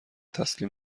تسلیم